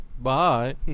Bye